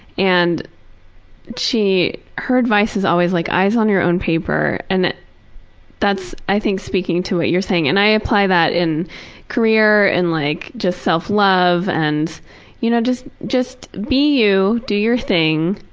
and she her advice is always like, eyes on your own paper. and that's, i think, speaking to what you're saying and i apply that in career, and like in self-love and you know just just be you, do your thing,